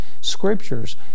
scriptures